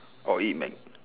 or eat Mac